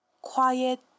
Quiet